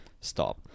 stop